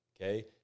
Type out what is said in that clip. okay